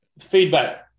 feedback